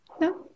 No